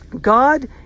God